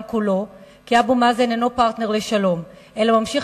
כולו כי אבו מאזן אינו פרטנר לשלום אלא ממשיך